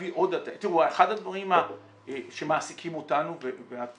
אחד הדברים שמעסיקים אותנו, ואת